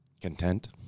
Content